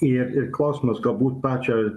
ir ir klausimas galbūt pačią